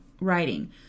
writing